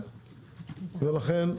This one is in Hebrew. לכן,